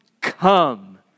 come